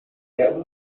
der